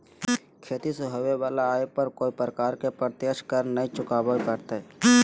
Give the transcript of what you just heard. खेती से होबो वला आय पर कोय प्रकार के प्रत्यक्ष कर नय चुकावय परतय